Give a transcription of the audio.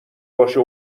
باشه